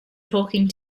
talking